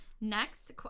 Next